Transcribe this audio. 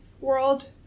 world